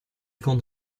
kon